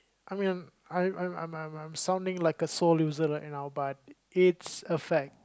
I mean I I'm I'm I'm I'm sounding like a sore loser right now but it's a fact